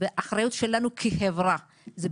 אם